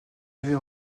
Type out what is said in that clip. avait